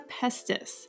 pestis